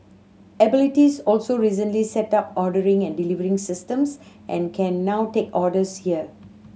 abilities also recently set up ordering and delivery systems and can now take orders here